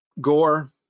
gore